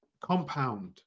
compound